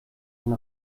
den